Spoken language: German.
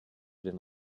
den